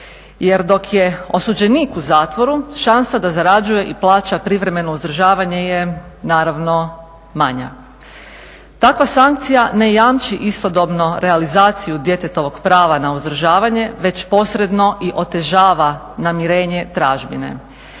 Jer dok je osuđenik u zatvoru šansa da zarađuje i plaća privremeno uzdržavanje je naravno manja. Takva sankcija ne jamči istodobno realizaciju djetetovog prava na uzdržavanje već posredno i otežava namirenje tražbine.